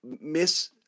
miss